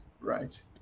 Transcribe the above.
right